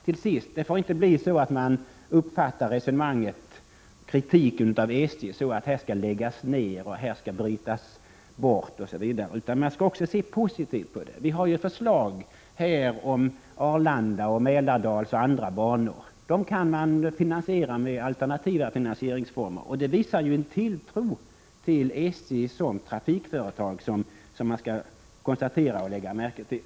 Till sist: Man skall inte uppfatta kritiken av SJ så att här skall läggas ned, här skall brytas bort osv., utan man skall också se positivt. Vi har ju här förslag om Arlanda-, Mälardalsbana och andra banor. Dem kan man finansiera med alternativa finansieringsformer. Det visar ju en tilltro till SJ som trafikföretag, en tilltro som man skall konstatera och lägga märke till.